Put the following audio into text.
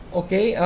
okay